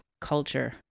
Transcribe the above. culture